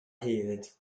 hefyd